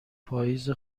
پاییز